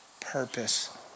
purpose